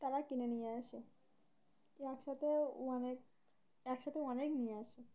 তারা কিনে নিয়ে আসে একসাথে অনেক একসাথে অনেক নিয়ে আসে